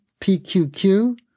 PQQ